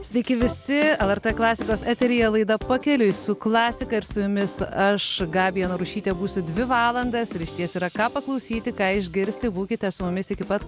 sveiki visi lrt klasikos eteryje laida pakeliui su klasika ir su jumis aš gabija narušytė būsiu dvi valandas ir išties yra ką paklausyti ką išgirsti būkite su mumis iki pat